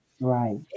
Right